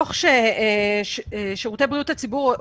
מהי תרומתם של הילדים למגפה?) בדוח ששירותי בריאות הציבור הוציאו